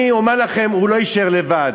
אני אומר לכם, הוא לא יישאר לבד,